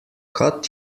cut